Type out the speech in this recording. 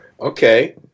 Okay